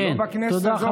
אם לא בכנסת הזו, כן.